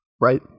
right